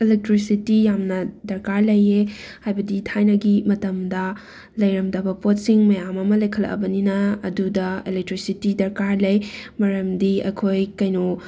electricity ꯌꯥꯝꯅ ꯗꯔꯀꯥꯔ ꯂꯩꯌꯦ ꯍꯥꯏꯕꯗꯤ ꯊꯥꯏꯅꯒꯤ ꯃꯇꯝꯗ ꯂꯩꯔꯝꯗꯕ ꯄꯣꯠꯁꯤꯡ ꯃꯌꯥꯝ ꯑꯃ ꯂꯩꯈꯠꯂꯛꯑꯕꯅꯤꯅ ꯑꯗꯨꯗ ꯑꯦꯂꯦꯛꯇ꯭ꯔꯤꯁꯤꯇꯤ ꯗꯔꯀꯥꯔ ꯂꯩ ꯃꯔꯝꯗꯤ ꯑꯩꯈꯣꯏ ꯀꯩꯅꯣ